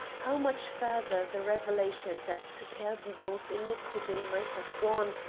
how much further the revelations as to pere didon's iniquity might have gone,